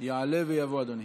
יעלה ויבוא אדוני.